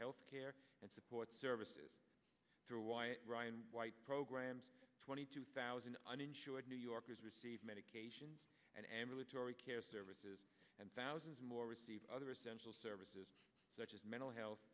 health care and support services through ryan white programs twenty two thousand uninsured new yorkers receive medications and ambulatory care services and thousands more receive other services such as mental health